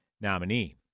nominee